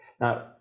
Now